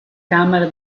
camera